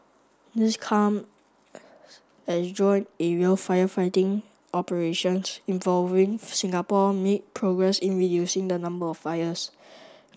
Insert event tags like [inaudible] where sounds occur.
this come as joint aerial firefighting operations involving Singapore made progress in reducing the number of fires [noise]